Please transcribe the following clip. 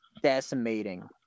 decimating